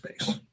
space